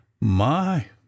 My